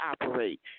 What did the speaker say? operate